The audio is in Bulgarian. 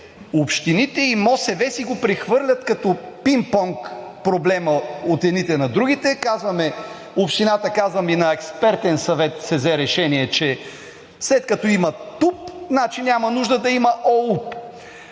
общините и МОСВ си прехвърлят проблема като пинг-понг от едните на другите? Общината казва: ами на експертен съвет се взе решение, че след като има ТУП, значи няма нужда да има ОУП.